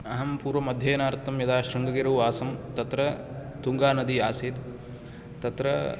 अहं पूर्वमध्यनार्थम् यदा शृङ्गगिरौ आसम् तत्र तुङ्गा नदी आसीत् तत्र